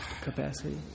capacity